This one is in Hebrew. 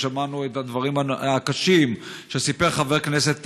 ושמענו את הדברים הקשים שסיפר חבר כנסת